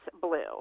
blue